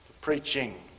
preaching